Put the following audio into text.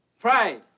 Pride